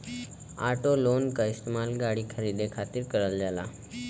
auto loan क इस्तेमाल गाड़ी खरीदे खातिर करल जाला